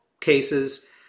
cases